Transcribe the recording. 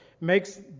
makes